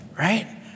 right